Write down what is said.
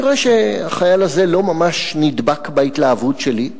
נראה שהחייל הזה לא ממש נדבק בהתלהבות שלי.